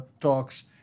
talks